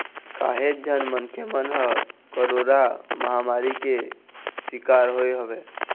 काहेच झन मनखे मन ह कोरोरा महामारी के सिकार होय हवय